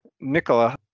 Nicola